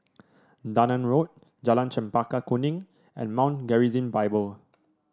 Dunearn Road Jalan Chempaka Kuning and Mount Gerizim Bible